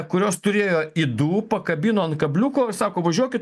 kurios turėjo ydų pakabino ant kabliuko ir sako važiuokit